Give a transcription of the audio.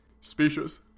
Specious